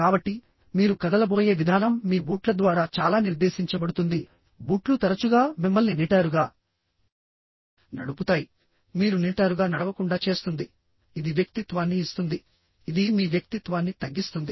కాబట్టి మీరు కదలబోయే విధానం మీ బూట్ల ద్వారా చాలా నిర్దేశించబడుతుంది బూట్లు తరచుగా మిమ్మల్ని నిటారుగా నడుపుతాయి మీరు నిటారుగా నడవకుండా చేస్తుంది ఇది వ్యక్తిత్వాన్ని ఇస్తుంది ఇది మీ వ్యక్తిత్వాన్ని తగ్గిస్తుంది